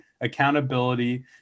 accountability